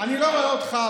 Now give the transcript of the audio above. אני לא רואה אותך,